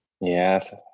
Yes